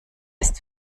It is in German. ist